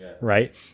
right